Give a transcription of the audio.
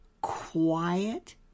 quiet